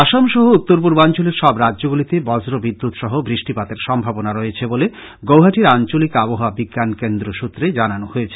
আসাম সহ উত্তর পূর্বাঞ্চলের সব রাজ্যগুলিতে বজ্রবিদ্যুৎ সহ বৃষ্টিপাতের সম্ভাবনা রয়েছে বলে গৌহাটীর আঞ্চলিক আবহাওয়া বিজ্ঞান কেন্দ্র সুত্রে জানানো হয়েছে